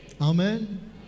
Amen